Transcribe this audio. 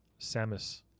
samus